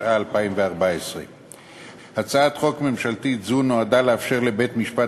התשע"ה 2014. הצעת חוק ממשלתית זו נועדה לאפשר לבית-משפט